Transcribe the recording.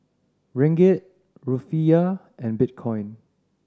Ringgit Rufiyaa and Bitcoin